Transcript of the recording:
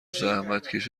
زحمتکش